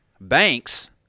Banks